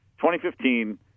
2015